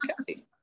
okay